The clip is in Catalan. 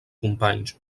companys